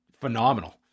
phenomenal